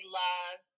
love